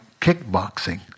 kickboxing